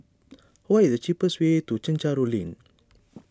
what is the cheapest way to Chencharu Link